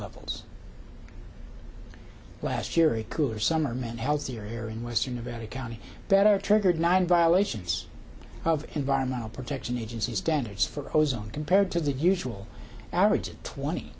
levels last year a cooler summer meant healthier here in western nevada county better triggered nine violations of environmental protection agency standards for ozone compared to the usual average of twenty